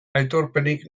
aitorpenik